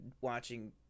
watching